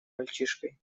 мальчишкой